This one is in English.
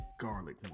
garlic